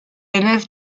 élève